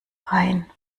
rein